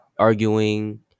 Arguing